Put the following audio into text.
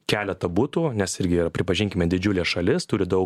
keletą butų nes irgi yra pripažinkime didžiulė šalis turi daug